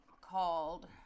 called